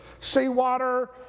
seawater